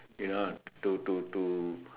you know to to to